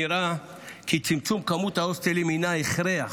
נראה כי צמצום מספר ההוסטלים הינה הכרח